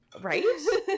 Right